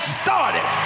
started